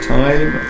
time